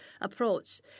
approach